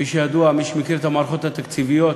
כפי שידוע למי שמכיר את המערכות התקציביות,